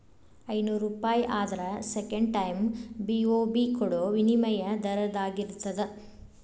ಐನೂರೂಪಾಯಿ ಆದ್ರ second time BOB ಕೊಡೋ ವಿನಿಮಯ ದರದಾಗಿರ್ತದ